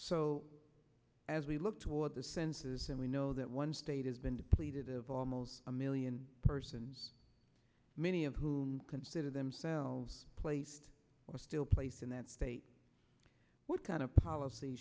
so as we look toward the census and we know that one state has been depleted of almost a million persons many of whom consider themselves placed or still placed in that state what kind of policy